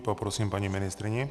Poprosím paní ministryni.